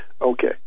Okay